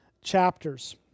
chapters